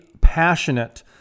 passionate